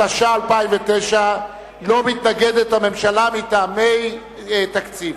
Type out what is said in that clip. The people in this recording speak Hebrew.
התש"ע 2009, שהממשלה מתנגדת לה מטעמי תקציב.